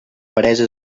peresa